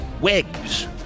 Wigs